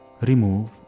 remove